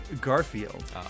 Garfield